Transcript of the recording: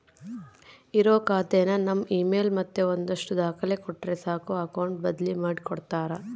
ಇರೋ ಖಾತೆನ ನಮ್ ಇಮೇಲ್ ಮತ್ತೆ ಒಂದಷ್ಟು ದಾಖಲೆ ಕೊಟ್ರೆ ಸಾಕು ಅಕೌಟ್ ಬದ್ಲಿ ಮಾಡಿ ಕೊಡ್ತಾರ